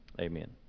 Amen